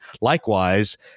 likewise